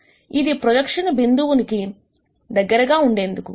అది ప్రొజెక్షన్ బిందువు కి దగ్గరగా ఉండేందుకు